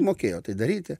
mokėjo tai daryti